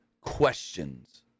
questions